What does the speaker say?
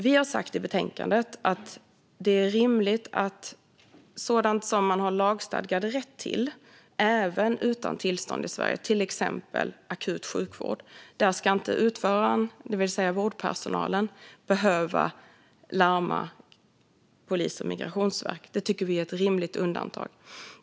Vi har sagt i betänkandet att det är rimligt att när det gäller sådant som man har lagstadgad rätt till även utan tillstånd att vistas i Sverige, till exempel akut sjukvård, ska inte utföraren, det vill säga vårdpersonalen, behöva larma polis och migrationsverk. Det tycker vi är ett rimligt undantag.